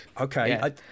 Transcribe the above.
Okay